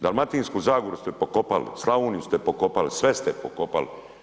Dalmatinsku zagoru ste pokopali, Slavoniju ste pokopali, sve ste pokopali.